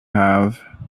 have